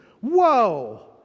Whoa